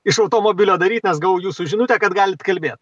iš automobilio daryt nes gavau jūsų žinutę kad galit kalbėt